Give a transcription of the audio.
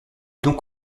donc